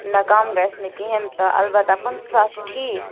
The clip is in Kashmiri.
نہَ کَم گَژھِ نہٕ کِہیٖنٛۍ تہٕ البتہٕ پٕنٛژہ ساس چھُ ٹھیٖک